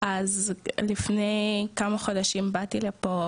אז לפני כמה חודשים באתי לפה,